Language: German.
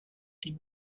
dem